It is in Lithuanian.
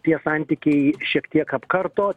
tie santykiai šiek tiek apkarto